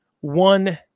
one